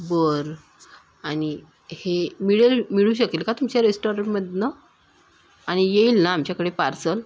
बरं आणि हे मिळेल मिळू शकेल का तुमच्या रेस्टॉरंटमधनं आणि येईल ना आमच्याकडे पार्सल